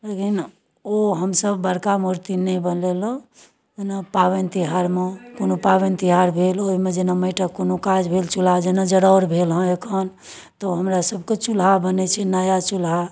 लेकिन ओ हमसब बड़का मूर्ति नहि बनेलहुँ जेना कोनो पाबनि तिहारमे कोनो पाबनि तिहार भेल ओइमे जेना माटिक कोनो काज भेल चूल्हा जेना जराउर भेल हँ एखन तऽ हमरा सबके चूल्हा बनै छै नया चूल्हा